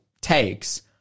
takes